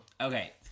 Okay